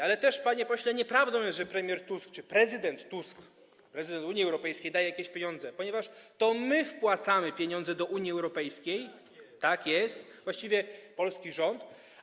Ale też, panie pośle, nieprawdą jest, że premier Tusk czy prezydent Tusk, prezydent Unii Europejskiej, daje jakieś pieniądze, ponieważ to my wpłacamy pieniądze do Unii Europejskiej, tak jest, właściwie polski rząd.